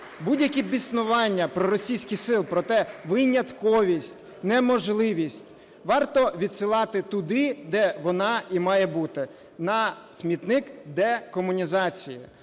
Будь-які біснування проросійських сил про те: винятковість, неможливість - варто відсилати туди, де вона і має бути – на смітник декомунізації.